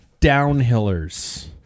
downhillers